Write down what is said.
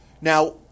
Now